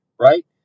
right